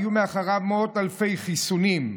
היו מאחוריו מאות אלפי חיסונים,